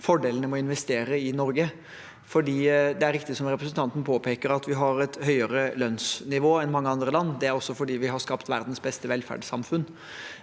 fordelene med å investere i Norge. Det er riktig som representanten påpeker, at vi har et høyere lønnsnivå enn mange andre land – det er også fordi vi har skapt verdens beste velferdssamfunn